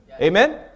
Amen